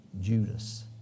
Judas